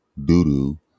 Doodoo